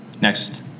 next